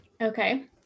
okay